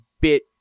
bit